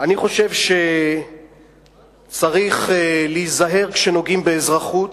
אני חושב שצריך להיזהר כשנוגעים באזרחות,